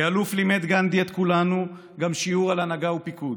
כאלוף לימד גנדי את כולנו גם שיעור על הנהגה ופיקוד,